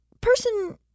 person